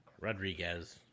Rodriguez